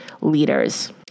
leaders